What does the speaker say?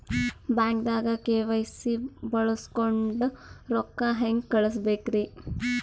ಬ್ಯಾಂಕ್ದಾಗ ಕೆ.ವೈ.ಸಿ ಬಳಸ್ಕೊಂಡ್ ರೊಕ್ಕ ಹೆಂಗ್ ಕಳಸ್ ಬೇಕ್ರಿ?